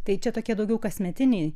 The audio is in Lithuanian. tai čia tokie daugiau kasmetiniai